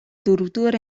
дөрөвдүгээр